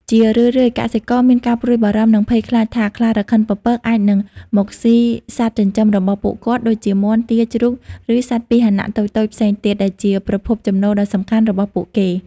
ជារឿយៗ កសិករមានការព្រួយបារម្ភ និងភ័យខ្លាចថា ខ្លារខិនពពកអាចនឹង មកស៊ីសត្វចិញ្ចឹម របស់ពួកគាត់ ដូចជាមាន់ ទា ជ្រូក ឬសត្វពាហនៈតូចៗផ្សេងទៀត ដែលជាប្រភពចំណូលដ៏សំខាន់របស់ពួកគេ។